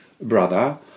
brother